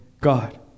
God